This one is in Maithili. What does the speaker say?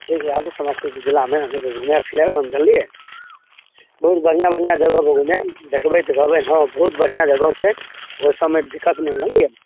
ठीक हइ आबू समस्तीपुर जिलामे अहाँसभके घुमाएब फिराएब जानलिए बहुत बढ़िआँ बढ़िआँ जगहपर घुमाएब देखबै तऽ कहबै हँ बहुत बढ़िआँ जगह छै ओहिसबमे दिक्कत नहि हैत बुझलिए